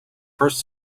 first